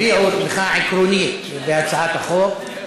הביעו תמיכה עקרונית בהצעת החוק,